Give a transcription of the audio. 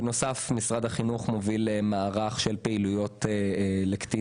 משרד החינוך מוביל בנוסף לזה מערך של פעילויות לקטינים.